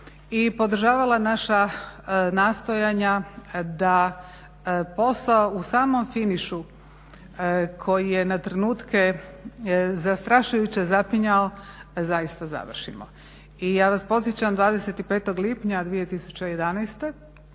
i podržavala naša nastojanja da posao u samom finišu koji je na trenutke zastrašujuće zapinjao zaista završimo. I ja vas podsjećam 25.lipnja 2011.u